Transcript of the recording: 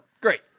Great